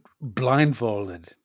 blindfolded